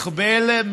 חבריי חברי הכנסת,